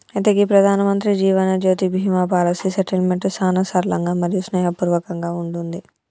అయితే గీ ప్రధానమంత్రి జీవనజ్యోతి బీమా పాలసీ సెటిల్మెంట్ సానా సరళంగా మరియు స్నేహపూర్వకంగా ఉంటుంది